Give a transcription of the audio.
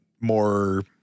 more